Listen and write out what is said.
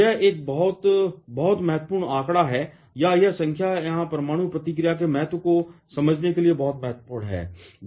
यह एक बहुत बहुत महत्वपूर्ण आंकड़ा है या यह संख्या यहां परमाणु प्रतिक्रिया के महत्व को समझने के लिए बहुत महत्वपूर्ण है